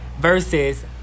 versus